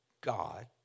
God